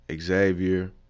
Xavier